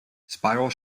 spiral